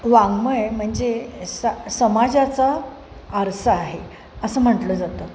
वाङ्मय म्हणजे स समाजाचा आरसा आहे असं म्हटलं जातं